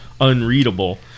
Unreadable